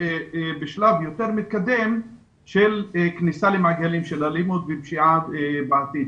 בשלב יותר מתקדם של כניסה למעגלים של אלימות ופשיעה בעתיד,